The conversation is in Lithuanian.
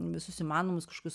visus įmanomus kažkokius